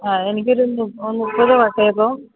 അ എനിക്കൊരു മുപ്പത് വട്ടയപ്പവും